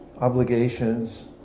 obligations